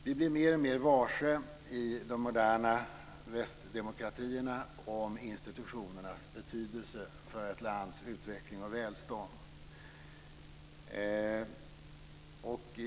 Vi i de moderna västdemokratierna blir mer och mer varse vilken betydelse institutionerna har för ett lands utveckling och välstånd.